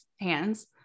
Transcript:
hands